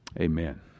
Amen